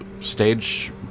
stage